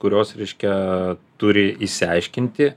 kurios reiškia turi išsiaiškinti